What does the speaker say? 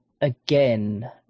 again